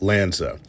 Lanza